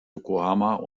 yokohama